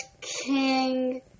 King